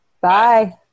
Bye